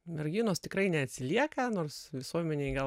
merginos tikrai neatsilieka nors visuomenėj gal